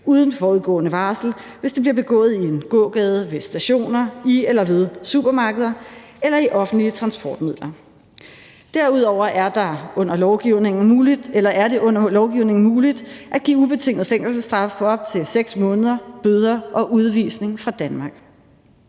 uden forudgående varsel, hvis det bliver begået i en gågade, ved stationer, i eller ved supermarkeder eller i offentlige transportmidler. Derudover er det under lovgivningen muligt at give ubetinget fængselsstraf på op til 6 måneder, bøder og udvisning fra Danmark.